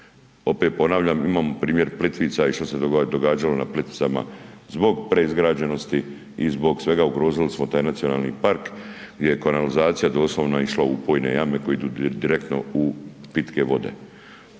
Opet ponavljam, imamo primjer Plitvica i što se događalo na Plitvicama zbog preizgrađenosti i zbog svega ugrozili smo taj nacionalni park gdje je kanalizacija doslovno išla u pojedine jame koje idu direktno u pitke vode.